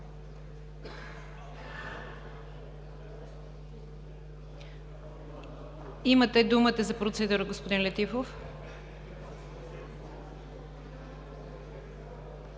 Имате думата за процедура, господин Летифов.